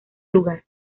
lugar